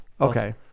Okay